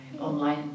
online